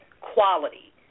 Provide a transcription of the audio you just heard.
quality